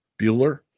Bueller